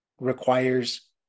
requires